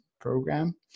program